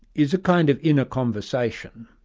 is a kind of inner conversation,